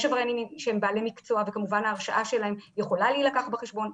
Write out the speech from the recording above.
עבריינים שהם בעלי מקצוע וכמובן ההרשעה שלהם יכולה להילקח בחשבון.